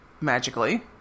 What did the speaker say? magically